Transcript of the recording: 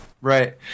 Right